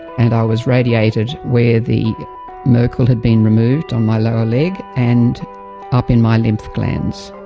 and i was radiated where the merkel had been removed on my lower leg, and up in my lymph glands.